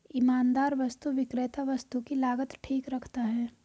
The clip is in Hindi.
ईमानदार वस्तु विक्रेता वस्तु की लागत ठीक रखता है